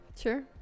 Sure